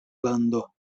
lando